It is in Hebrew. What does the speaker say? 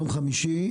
ביום חמישי,